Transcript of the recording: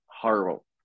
horrible